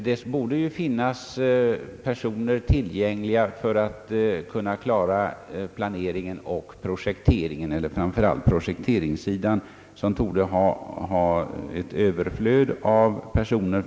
Det borde finnas personer tillgängliga för att kunna klara planeringen och projekteringen. Framför allt torde projekteringssidan för närvarande ha ett överflöd av personer.